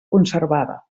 conservada